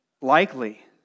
likely